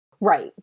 Right